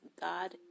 God